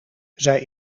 zij